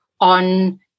on